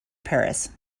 paris